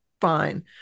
fine